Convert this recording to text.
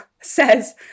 says